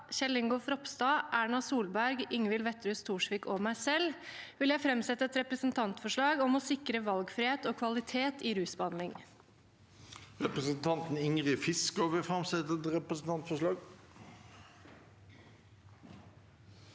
Kjell Ingolf Ropstad, Erna Solberg, Ingvild Wetrhus Thorsvik og meg selv vil jeg framsette et representantforslag om å sikre valgfrihet og kvalitet i rusbehandling. Presidenten Representanten Ingrid Fiskaa vil framsette et representantforslag.